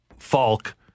Falk